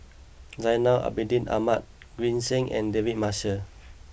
Zainal Abidin Ahmad Green Zeng and David Marshall